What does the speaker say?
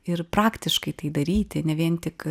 ir praktiškai tai daryti ne vien tik